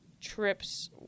trips